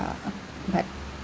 but